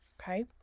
okay